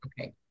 okay